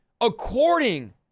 according